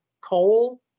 coal